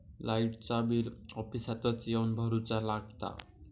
लाईटाचा बिल ऑफिसातच येवन भरुचा लागता?